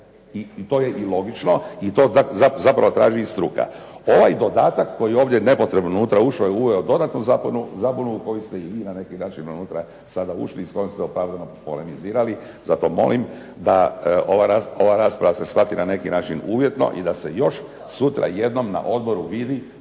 i to je i logično i to zapravo traži i struka. Ovaj dodatak koji je ovdje nepotrebno unutra ušao i uveo dodatnu zabunu, koju ste i vi na neki način unutra sada ušli i s kojom ste opravdano polemizirali, zato molim da ova rasprava se shvati na neki način uvjetno i da se još sutra jednom na odboru vidi